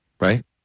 right